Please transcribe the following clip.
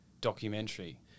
documentary